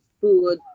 food